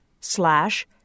slash